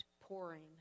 pouring